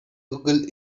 google